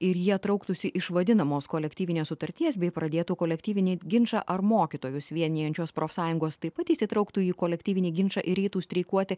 ir jie trauktųsi iš vadinamos kolektyvinės sutarties bei pradėtų kolektyvinį ginčą ar mokytojus vienijančios profsąjungos taip pat įsitrauktų į kolektyvinį ginčą ir eitų streikuoti